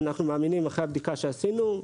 אחרי הבדיקה שעשינו,